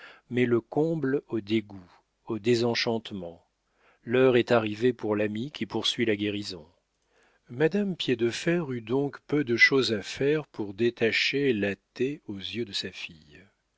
met le comble au dégoût au désenchantement l'heure est arrivée pour l'ami qui poursuit la guérison madame piédefer eut donc peu de chose à faire pour détacher la taie aux yeux de sa fille